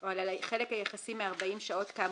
או על החלק היחסי מ-40 שעות כאמור,